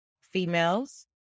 females